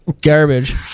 Garbage